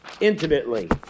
intimately